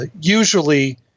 usually